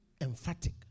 emphatic